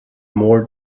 more